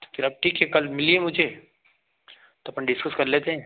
तो फिर आप ठीक है कल मिलिए मुझे तो अपन डिस्कस कर लेते हैं